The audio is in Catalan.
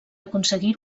aconseguir